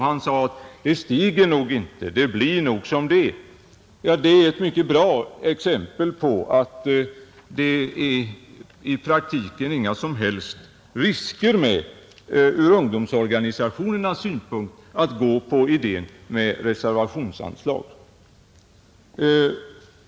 Han sade: ”Beloppet stiger nog inte, det blir nog som det är.” Det är i praktiken ur ungdomsorganisationernas synpunkt inte någon som helst risk med att stödja idén om reservationsanslag,.